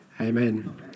Amen